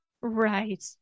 Right